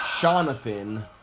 Jonathan